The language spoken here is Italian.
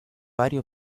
varie